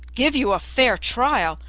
give you a fair trial!